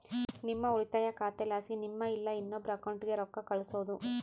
ನಿಮ್ಮ ಉಳಿತಾಯ ಖಾತೆಲಾಸಿ ನಿಮ್ಮ ಇಲ್ಲಾ ಇನ್ನೊಬ್ರ ಅಕೌಂಟ್ಗೆ ರೊಕ್ಕ ಕಳ್ಸೋದು